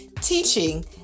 teaching